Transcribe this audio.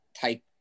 type